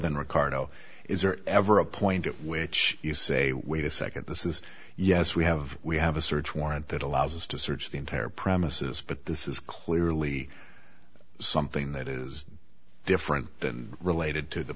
than ricardo is there ever a point at which you say wait a nd this is yes we have we have a search warrant that allows us to search the entire premises but this is clearly something that is different than related to the